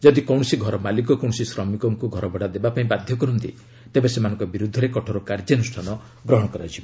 ଯଦି କୌଣସି ଘର ମାଲିକ କୌଣସି ଶ୍ରମିକଙ୍କ ଘରଭଡ଼ା ଦେବା ପାଇଁ ବାଧ୍ୟ କରନ୍ତି ତେବେ ସେମାନଙ୍କ ବିରୁଦ୍ଧରେ କଠୋର କାର୍ଯ୍ୟାନୁଷାନ ଗ୍ରହଣ କରାଯିବ